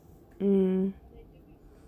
mm